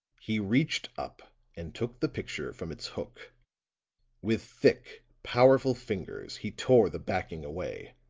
he reached up and took the picture from its hook with thick, powerful fingers he tore the backing away,